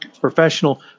professional